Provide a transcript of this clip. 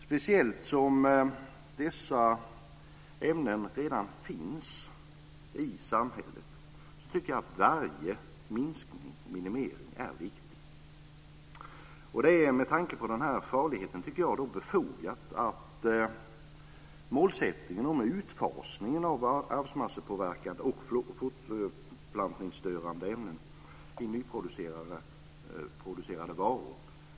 Speciellt som dessa ämnen redan finns i samhället är varje minskning och minimering viktig. Det är med tanke på farligheten befogat att ändra målsättningen för utfasningen av arvsmassepåverkande och fortplantingsstörande ämnen i nyproducerade varor.